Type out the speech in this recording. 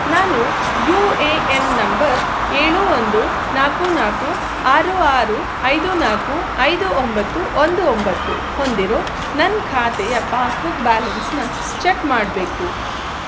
ನಾನು U A N number ಏಳು ಒಂದು ನಾಲ್ಕು ನಾಲ್ಕು ಆರು ಆರು ಐದು ನಾಲ್ಕು ಐದು ಒಂಬತ್ತು ಒಂದು ಒಂಬತ್ತು ಹೊಂದಿರೋ ನನ್ನ ಖಾತೆಯ ಪಾಸ್ಬುಕ್ ಬ್ಯಾಲೆನ್ಸನ್ನ ಚೆಕ್ ಮಾಡಬೇಕು